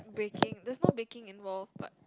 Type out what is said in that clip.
baking there's no baking involved but